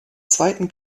zweiten